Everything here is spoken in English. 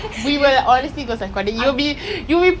it was ellish she was always on the phone